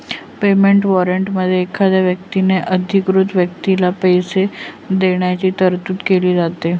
payment वॉरंटमध्ये एखाद्या व्यक्तीने अधिकृत व्यक्तीला पैसे देण्याची तरतूद केली जाते